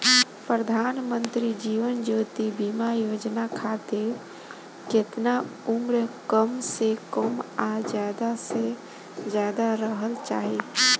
प्रधानमंत्री जीवन ज्योती बीमा योजना खातिर केतना उम्र कम से कम आ ज्यादा से ज्यादा रहल चाहि?